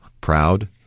proud